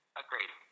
agreed